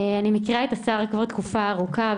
אני מכירה את השר תקופה ארוכה,